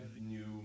new